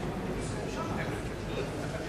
תפאדל.